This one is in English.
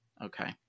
Okay